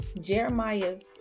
Jeremiah's